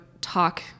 talk